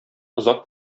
озак